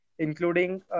Including